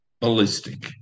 ballistic